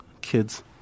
kids